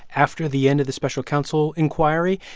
after the end of the special counsel inquiry.